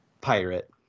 Pirate